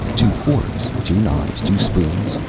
two forks, two knives, two spoons,